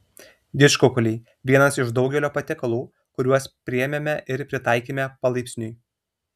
didžkukuliai vienas iš daugelio patiekalų kuriuos priėmėme ir pritaikėme palaipsniui